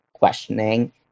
questioning